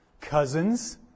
cousins